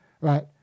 right